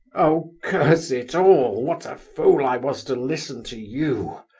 oh, curse it all! what a fool i was to listen to you!